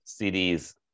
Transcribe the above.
CDs